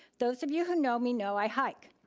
those of you who know me know i hike.